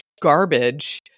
garbage